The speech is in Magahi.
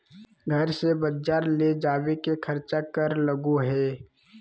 घर से बजार ले जावे के खर्चा कर लगो है?